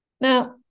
Now